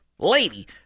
Lady